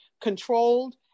controlled